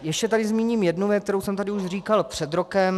Ještě tady zmíním jednu věc, kterou jsem tady už říkal před rokem.